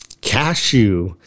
cashew